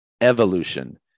evolution